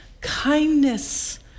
kindness